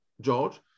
George